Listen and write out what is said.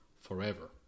forever